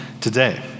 today